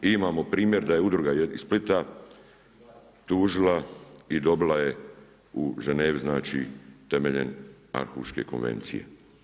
I imamo primjer da je udruga iz Splita tužila i dobila je u Ženevi znači temeljem Arhuške konvencije.